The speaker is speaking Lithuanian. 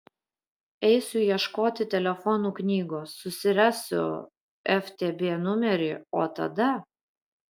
eisiu ieškoti telefonų knygos susirasiu ftb numerį o tada